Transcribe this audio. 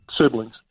siblings